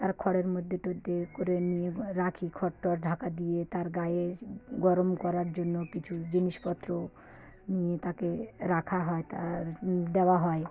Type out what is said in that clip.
তার খড়ের মধ্যে টধ্যে করে নিয়ে রাখি খড় টড় ঢাকা দিয়ে তার গায়ে গরম করার জন্য কিছু জিনিসপত্র নিয়ে তাকে রাখা হয় তার দেওয়া হয়